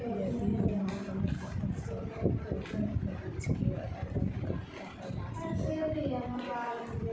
यदि हम अप्पन खाता सँ ओही ब्रांच केँ अलग खाता पर राशि कोना पठेबै?